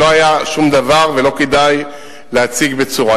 אבל לא היה שום דבר ולא כדאי להציג בצורה,